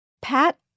Pat